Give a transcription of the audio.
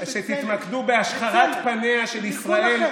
ושתתמקדו בהשחרת פניה של ישראל,